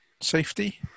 safety